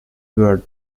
were